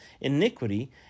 iniquity